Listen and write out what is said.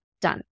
Done